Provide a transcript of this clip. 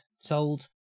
sold